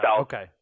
okay